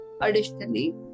Additionally